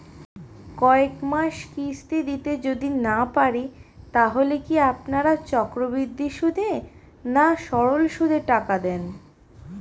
কয়েক মাস কিস্তি দিতে যদি না পারি তাহলে কি আপনারা চক্রবৃদ্ধি সুদে না সরল সুদে টাকা দেন?